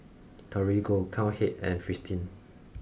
Torigo Cowhead and Fristine